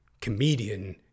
Comedian